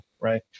Right